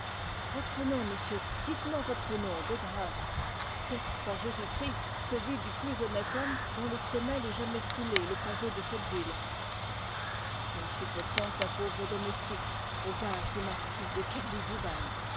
votre nom monsieur dites-moi votre nom de grâce c'est par jésus-christ celui du plus honnête homme dont les semelles aient jamais foulé le pavé de cette ville je ne suis pourtant qu'un pauvre domestique aux gages du marquis de